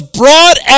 brought